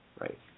Right